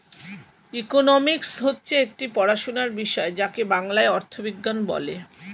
economics হচ্ছে একটি পড়াশোনার বিষয় যাকে বাংলায় অর্থবিজ্ঞান বলে